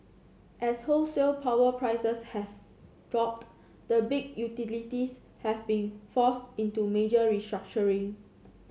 as wholesale power prices has dropped the big utilities have been forced into major restructuring